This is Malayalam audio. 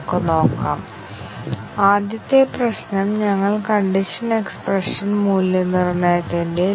ഈ അൽഗോരിതം നിങ്ങൾ എപ്പോൾ തിരിച്ചറിയുമെന്ന് ഞാൻ കരുതുന്നു ഇത് പ്രശസ്തമായ ജിസിഡി കമ്പ്യൂട്ടിംഗ് അൽഗോരിതം യൂക്ലിഡ് ആണ്